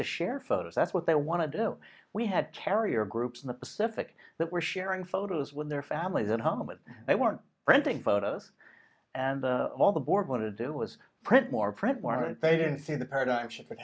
to share photos that's what they want to do we had carrier groups in the pacific that were sharing photos with their families at home but they weren't renting photos and all the board want to do was print more print weren't they didn't see the production